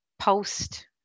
post